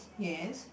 yes